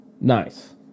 Nice